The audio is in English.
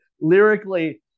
Lyrically